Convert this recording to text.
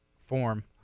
form